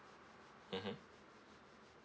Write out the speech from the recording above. mmhmm